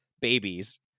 babies